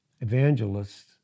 evangelists